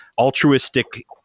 altruistic